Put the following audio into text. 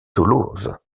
toulouse